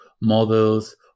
models